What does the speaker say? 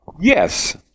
yes